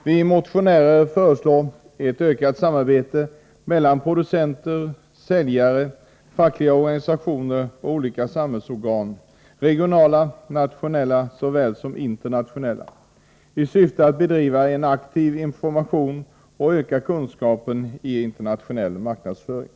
Vi motionärer föreslår ett ökat samarbete mellan producenter, säljare, fackliga organisationer och olika samhällsorgan, regionala och nationella lika väl som internationella, i syfte att bedriva en aktiv information och öka kunskapen i internationell marknadsföring.